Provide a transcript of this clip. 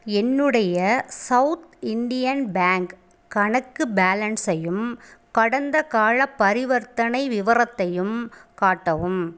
என்னுடைய south Indian bank கணக்கு பேலன்ஸையும் கடந்தகால பரிவர்த்தனை விவரத்தையும் காட்டவும்